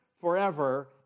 forever